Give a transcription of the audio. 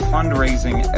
Fundraising